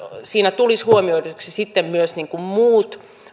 siinä tulisi huomioiduksi sitten myös muut